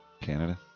Canada